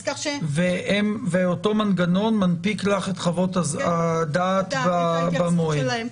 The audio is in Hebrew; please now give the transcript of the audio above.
אותו מנגנון מנפיק לך את חוות הדעת במועד.